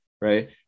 right